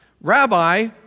Rabbi